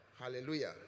Hallelujah